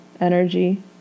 energy